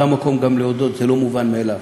וזה המקום גם להודות, זה לא מובן מאליו: